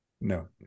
no